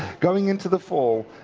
going into the fall,